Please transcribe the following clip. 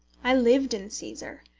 i lived in caesar,